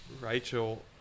rachel